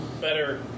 better